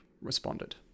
responded